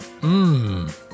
mmm